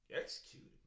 Executed